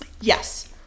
Yes